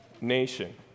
nation